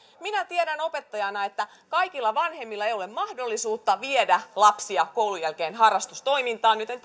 minä tiedän opettajana että kaikilla vanhemmilla ei ole mahdollisuutta viedä lapsia koulun jälkeen harrastustoimintaan joten